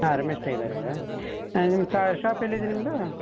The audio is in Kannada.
ಹಾಂ ರಮೇಶ್ ಟೈಲರ್ ಅಲ್ಲವಾ ನಿಮ್ಮ ಶಾಪ್ ಎಲ್ಲಿದೆ ನಿಮ್ಮದು